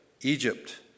Egypt